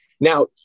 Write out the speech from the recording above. Now